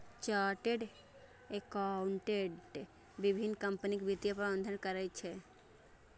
chartered accountant विभिन्न कंपनीक वित्तीय प्रबंधन करै छै